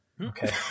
Okay